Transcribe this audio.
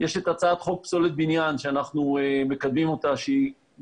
יש את הצעת חוק פסולת בניין שאנחנו מקדמים אותה שהיא